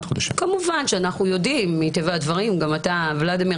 כמובן שאנחנו יודעים מטבע הדברים -- ולדימיר,